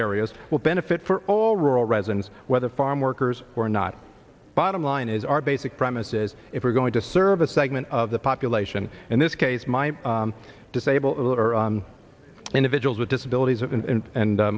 areas will benefit for all rural residents whether farm workers or not bottom line is our basic premises if we're going to serve a segment of the population in this case my disabled individuals with disabilities and